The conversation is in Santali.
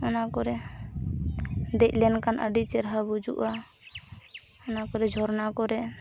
ᱚᱱᱟ ᱠᱚᱨᱮ ᱫᱮᱡᱞᱮᱱ ᱠᱷᱟᱱ ᱟᱹᱰᱤ ᱪᱮᱨᱦᱟ ᱵᱩᱡᱩᱜᱼᱟ ᱚᱱᱟ ᱠᱚᱨᱮ ᱡᱷᱚᱨᱱᱟ ᱠᱚᱨᱮ